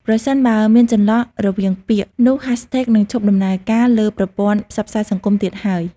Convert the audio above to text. ប្រសិនបើមានចន្លោះរវាងពាក្យ នោះ hashtag នឹងឈប់ដំណើរការលើប្រព័ន្ធផ្សព្វផ្សាយសង្គមទៀតហើយ។